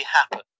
happen